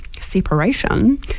separation